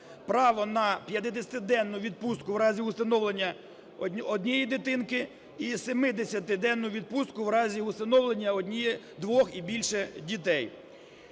право на 50-денну відпустку в разі усиновлення однієї дитинки і 70-денну відпустку в разі усиновлення двох і більше дітей.